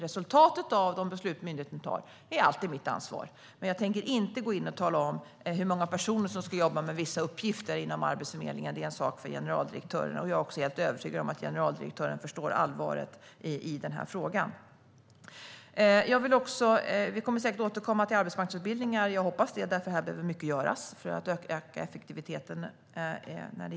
Resultatet av de beslut myndigheten fattar är alltid mitt ansvar, men jag tänker inte gå in och tala om hur många personer som ska jobba med vissa uppgifter inom Arbetsförmedlingen. Det är en sak för generaldirektören, och jag är också helt övertygad om att generaldirektören förstår allvaret i den här frågan. Vi kommer säkert att återkomma till frågan om arbetsmarknadsutbildningar - jag hoppas det, för här behöver mycket göras för att öka effektiviteten.